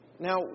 Now